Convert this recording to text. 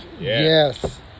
Yes